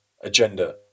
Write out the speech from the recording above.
agenda